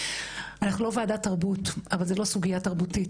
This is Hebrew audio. אנחנו לא ועדת תרבות, אבל זו לא סוגיה תרבותית.